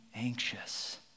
Anxious